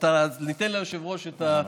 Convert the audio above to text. ניתן ליושב-ראש את הזכות.